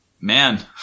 Man